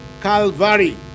Calvary